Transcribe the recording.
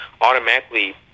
automatically